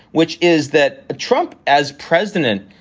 which is that ah trump as president,